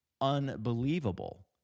unbelievable